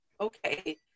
okay